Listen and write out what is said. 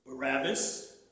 Barabbas